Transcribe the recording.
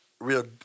Real